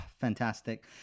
Fantastic